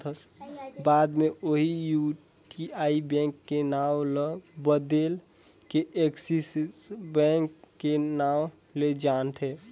बाद मे ओ यूटीआई बेंक के नांव ल बदेल के एक्सिस बेंक के नांव ले जानथें